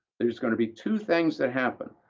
there's going to be two things that happen.